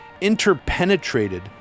interpenetrated